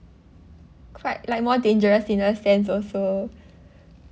quite like more dangerous in a sense also